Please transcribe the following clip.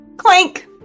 Clank